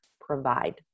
provide